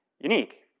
unique